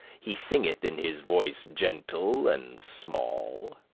he singeth in his voice gentle and small